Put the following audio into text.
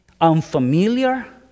unfamiliar